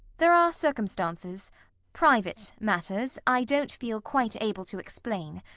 there are circumstances private matters i don't feel quite able to explain.